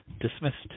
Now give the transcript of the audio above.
dismissed